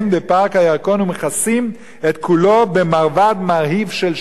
הירקון ומכסים את כולו במרבד מרהיב של שחור.